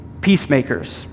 peacemakers